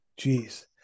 Jeez